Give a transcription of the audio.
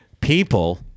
people